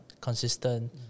consistent